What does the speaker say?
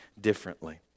differently